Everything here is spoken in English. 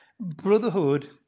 brotherhood